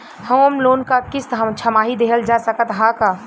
Home loan क किस्त छमाही देहल जा सकत ह का?